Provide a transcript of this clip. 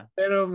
pero